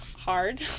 hard